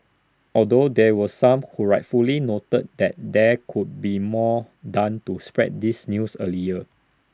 although there were some who rightfully noted that there could be more done to spread this news earlier